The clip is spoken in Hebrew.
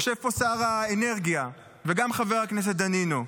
יושב פה שר האנרגיה וגם חבר הכנסת דנינו: